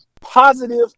positive